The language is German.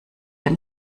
dem